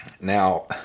Now